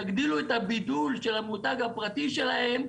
יגדילו את הבידול של המותג הפרטי שלהם,